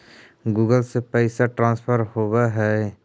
Google से भी पैसा ट्रांसफर होवहै?